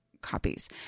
copies